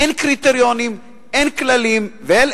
אין קריטריונים ואין כללים.